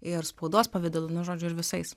ir spaudos pavidalu nu žodžiu ir visais